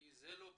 כי זה לא במקום.